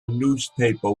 newspaper